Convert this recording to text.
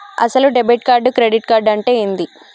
అసలు debit card credit card అంటే ఏంది?